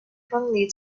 friendly